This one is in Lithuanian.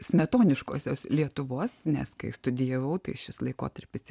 smetoniškosios lietuvos nes kai studijavau tai šis laikotarpis